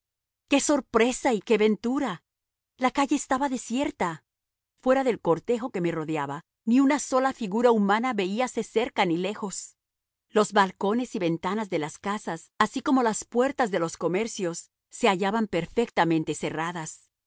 qué sorpresa y qué ventura la calle estaba desierta fuera del cortejo que me rodeaba ni una sola figura humana veíase cerca ni lejos los balcones y ventanas de las casas así como las puertas de los comercios se hallaban perfectamente cerradas